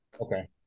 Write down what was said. Okay